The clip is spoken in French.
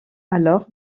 alors